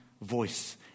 voice